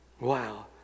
wow